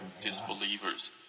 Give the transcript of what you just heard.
disbelievers